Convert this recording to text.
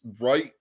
right